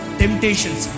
temptations